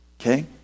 okay